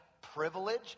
privilege